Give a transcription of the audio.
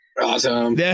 Awesome